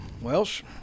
Welsh